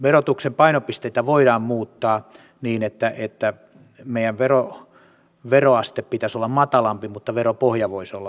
verotuksen painopisteitä voidaan muuttaa niin että meidän veroasteemme pitäisi olla matalampi mutta veropohja voisi olla laajempi